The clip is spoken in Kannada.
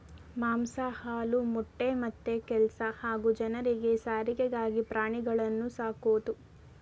ಮಾಂಸ ಹಾಲು ಮೊಟ್ಟೆ ಮತ್ತೆ ಕೆಲ್ಸ ಹಾಗೂ ಜನರಿಗೆ ಸಾರಿಗೆಗಾಗಿ ಪ್ರಾಣಿಗಳನ್ನು ಸಾಕೋದು